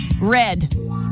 red